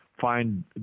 find